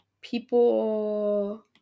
people